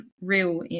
real